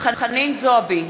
חנין זועבי,